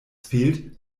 fehlt